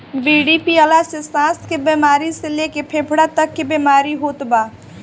बीड़ी पियला से साँस के बेमारी से लेके फेफड़ा तक के बीमारी होत बा